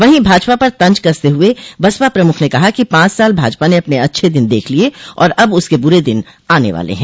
वहीं भाजपा पर तंज कसते हुए बसपा प्रमुख ने कहा कि पाँच साल भाजपा ने अपने अच्छे दिन देख लिये और अब उसके बुरे दिन आने वाले हैं